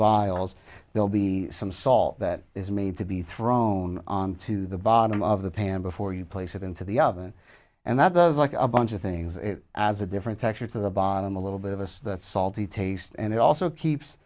vials they'll be some salt that is made to be thrown onto the bottom of the pan before you place it into the oven and that goes like a bunch of things as a different texture to the bottom a little bit of us that salty taste and it also keeps